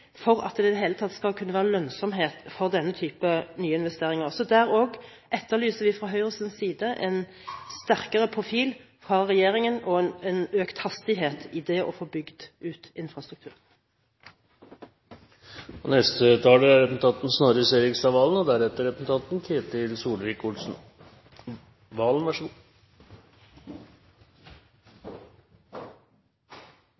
for at det i det hele tatt skal være lønnsomhet i denne type nyinvesteringer. Så her òg etterlyser vi fra Høyres side en sterkere profil fra regjeringen og en økt hastighet i det å få bygd ut infrastruktur. Dette var et lite avklarende svar fra Fremskrittspartiet og representanten Amundsen. Det er jo et interessant signal fra Fremskrittspartiet at det – slik jeg forstår representanten